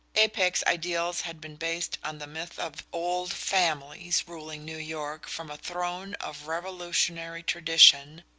apex ideals had been based on the myth of old families ruling new york from a throne of revolutionary tradition,